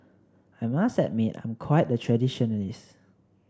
I must admit I'm quite the traditionalist